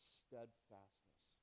steadfastness